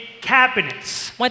cabinets